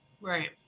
Right